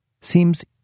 seems